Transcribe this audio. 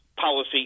policy